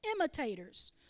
imitators